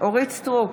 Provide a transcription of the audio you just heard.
אורית מלכה סטרוק,